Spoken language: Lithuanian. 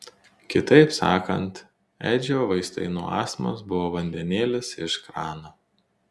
kitaip sakant edžio vaistai nuo astmos buvo vandenėlis iš krano